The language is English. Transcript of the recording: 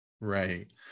right